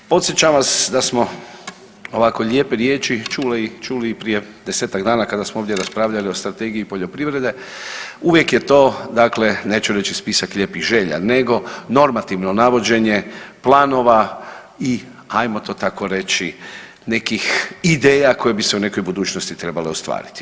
Podsjećam vas da smo ovako lijepe riječi čuli, čuli i prijem 10-tak dana kada smo ovdje raspravljali o Strategiji poljoprivrede, uvijek je to dakle neću reći spisak lijepih želja nego normativno navođenje planova i ajmo to tako reći nekih ideja koje bi se u nekoj budućnosti trebale ostvariti.